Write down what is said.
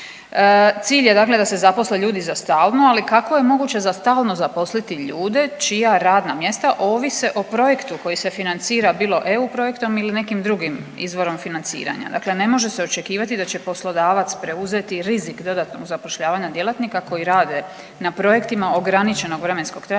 Cilj je dakle da se zaposle ljudi za stalno, ali kako je moguće za stalno zaposliti ljude čija radna mjesta ovise o projektu koji se financira bilo eu projektom ili nekim drugim izvorom financiranja, dakle ne može se očekivati da će poslodavac preuzeti rizik dodatnog zapošljavanja djelatnika koji rade na projektima ograničenog vremenskog trajanja